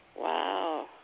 Wow